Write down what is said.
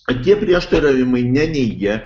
kad tie prieštaravimai neneigia